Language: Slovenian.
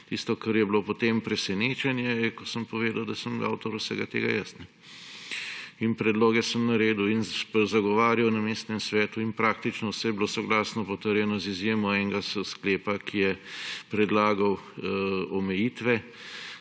Tisto, kar je bilo potem presenečenje, je, ko sem povedal, da sem avtor vsega jaz. Predloge sem naredil in zagovarjal na mestnem svetu in praktično vse je bilo soglasno potrjeno, z izjemo enega sklepa, ki je predlagal omejitve